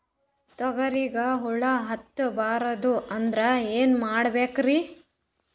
ತೊಗರಿಗ ಹುಳ ಹತ್ತಬಾರದು ಅಂದ್ರ ಏನ್ ಮಾಡಬೇಕ್ರಿ?